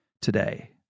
today